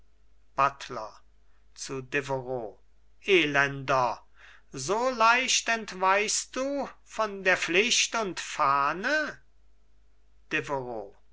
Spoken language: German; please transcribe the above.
buttler zu deveroux elender so leicht entweichst du von der pflicht und fahne